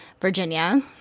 Virginia